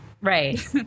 Right